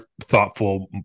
thoughtful